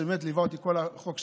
שבאמת ליווה אותי כל החוק,